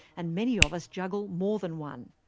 and many of us juggle more than one.